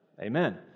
Amen